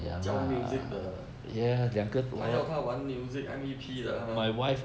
教 music 的他要他玩 music M_V_P 的他